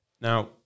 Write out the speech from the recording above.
now